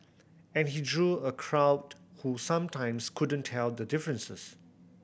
and he drew a crowd who sometimes couldn't tell the differences